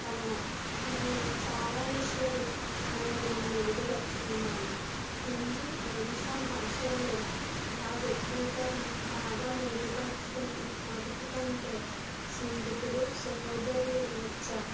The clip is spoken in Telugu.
వలన నేను చాలా విషయాలు నన్ను నేను మెరుగుపరుచుకున్నాను హిందీ ఒరిస్సా భాషలలో భావ వ్యక్తీకరణ బాగా మెరుగుపరచుకున్నాను మొదటి కంటే స్నేహితులు సహోదరులు మధ్య